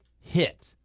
hit